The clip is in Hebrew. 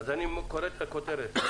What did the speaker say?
אני קורא את הכותרת: